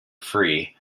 free